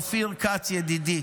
אופיר כץ ידידי: